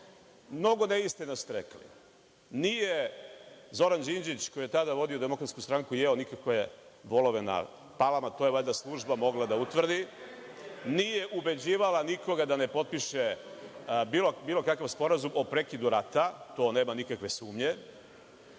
meni. Mnogo neistina ste rekli. Nije Zoran Đinđić, koji je tada vodio DS, jeo nikakve volove na Palama, to je valjda služba mogla da utvrdi, nije ubeđivao nikoga da ne potpiše bilo kakav sporazum o prekidu rata, tu nema nikakve sumnje.